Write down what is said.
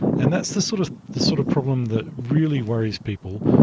and that's the sort of the sort of problem that really worries people.